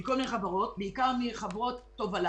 אחרי החג לשלם למיליון אנשים 500 שקל ומסוגל לשלם